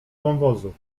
wąwozu